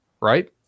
right